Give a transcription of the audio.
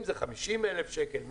אם זה 50,000 שקל,